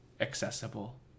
accessible